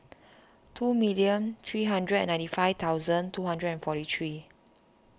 two million three hundred and ninety five thousand two hundred and forty three